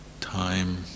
time